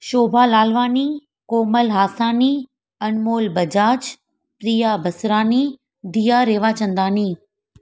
Shobha Lalwani Komal Hasani Anmol Bajaj Priya Basrani Diya Rewachandani